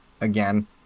again